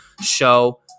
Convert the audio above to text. Show